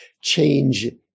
change